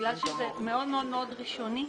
בגלל שזה מאוד מאוד ראשוני,